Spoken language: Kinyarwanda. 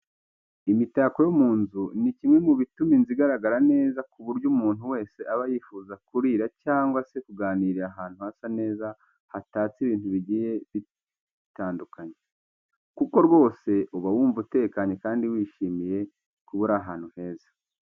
Imitako yo mu nzu ni kimwe mu bituma inzu igaragara neza ku buryo umuntu wese aba yifuza kurira cyangwa se kuganirira ahantu hasa neza hatatse ibintu bigiye biyandukanye, kuko rwose uba wumva utekanye kandi wishimiye kuba uri ahantu heza.